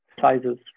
sizes